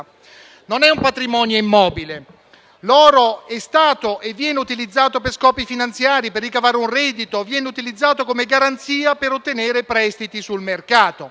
non è un patrimonio immobile. L'oro è stato e viene utilizzato per scopi finanziari, per ricavare un reddito, viene utilizzato come garanzia per ottenere prestiti sul mercato.